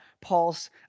Paul's